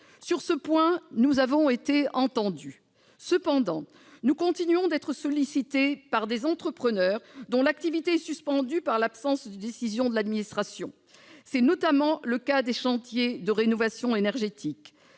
Sur ce point, nous avons été entendus. Cependant, nous continuons d'être sollicités par des entrepreneurs dont l'activité est suspendue du fait de l'absence de décision de l'administration. C'est notamment le cas des chantiers de rénovation énergétique.